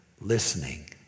listening